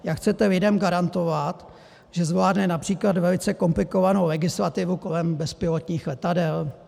Jak chcete lidem garantovat, že zvládne například velice komplikovanou legislativu kolem bezpilotních letadel?